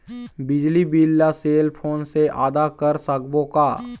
बिजली बिल ला cell phone से आदा कर सकबो का?